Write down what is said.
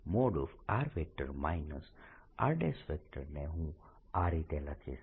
1|r r| ને હું આ રીતે લખીશ